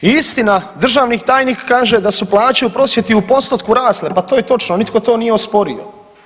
Istina, državni tajnik kaže da su plaće u prosvjeti u postotku rasle, pa to je točno, nitko to nije osporio.